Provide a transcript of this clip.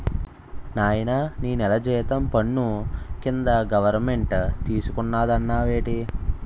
నాయనా నీ నెల జీతం పన్ను కింద గవరమెంటు తీసుకున్నాదన్నావేటి